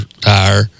tire